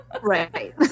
Right